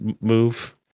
move